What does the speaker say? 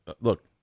Look